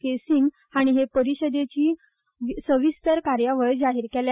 के सिंग हाणी हे परिषदेची सविस्तर कार्यावळ जाहीर केल्या